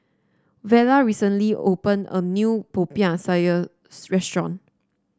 Vela recently opened a new Popiah Sayur restaurant